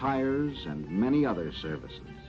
tires and many other service